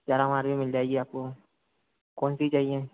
चारा हमारे यहाँ भी मिल जाएगा आपको कौन सी चाहिए